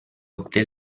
obté